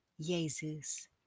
Jesus